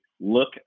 look